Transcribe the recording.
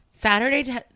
Saturday